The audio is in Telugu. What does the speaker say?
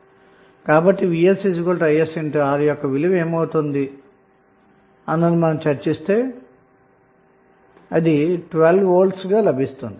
కాబట్టి v s i s R యొక్క విలువ ఏమిటో మనం చర్చిస్తే ఇది 12V లు గా లభిస్తుంది